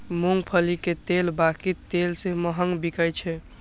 मूंगफली के तेल बाकी तेल सं महग बिकाय छै